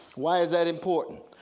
why is that important?